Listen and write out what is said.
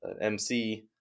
MC